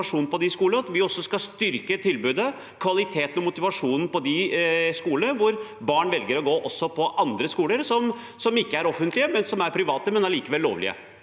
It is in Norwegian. at vi også skal styrke tilbudet, kvaliteten og motivasjonen på de skolene hvor barn velger å gå, og på andre skoler som ikke er offentlige, men private og allikevel lovlige?